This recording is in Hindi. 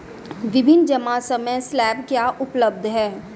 विभिन्न जमा समय स्लैब क्या उपलब्ध हैं?